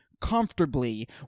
comfortably